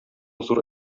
зур